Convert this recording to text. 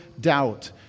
doubt